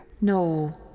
No